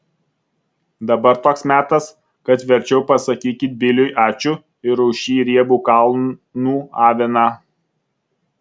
dabar toks metas kad verčiau pasakykit biliui ačiū ir už šį riebų kalnų aviną